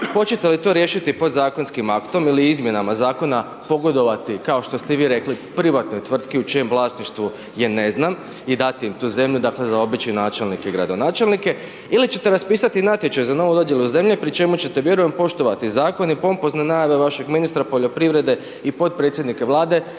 Hoćete li to riješiti podzakonskim aktom ili izmjenama zakona pogodovati kao što ste i vi rekli, privatnoj tvrtki, u čijem vlasništvu je, ne znam i dati im tu zemlju dakle za obične načelnike i gradonačelnike ili ćete raspisati natječaj za novu dodjelu zemlje pri čemu ćete vjerujem poštovati zakon i pompozne najave vašeg ministra poljoprivrede i potpredsjednike Vlade